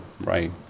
Right